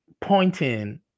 pointing